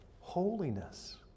holiness